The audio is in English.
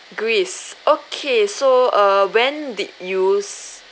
greece okay so err when did you s~